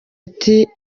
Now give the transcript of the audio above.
ati